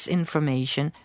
information